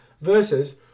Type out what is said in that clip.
versus